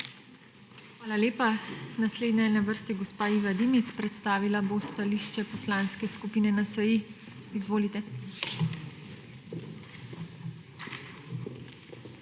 Hvala lepa. Naslednja je na vrsti gospa Iva Dimic. Predstavila bo stališče Poslanske skupine NSi. Izvolite.